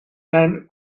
mijn